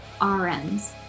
RNs